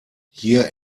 hier